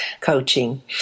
coaching